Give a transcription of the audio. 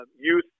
youth